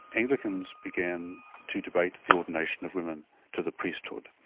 anglicans began to debate the ordination of women to the priesthood,